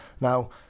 Now